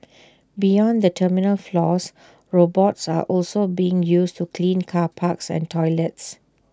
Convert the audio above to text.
beyond the terminal floors robots are also being used to clean car parks and toilets